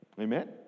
Amen